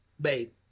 babe